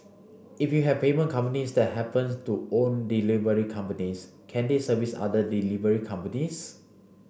if you have payment companies that happens to own delivery companies can they service other delivery companies